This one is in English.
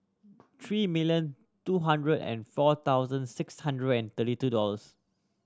three million two hundred and four thousand six hundred and thirty two dollors